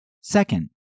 Second